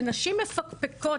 שנשים מפקפקות,